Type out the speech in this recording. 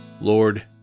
Lord